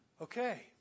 Okay